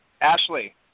Ashley